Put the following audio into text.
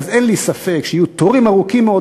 ואז אין לי ספק שיהיו תורים ארוכים מאוד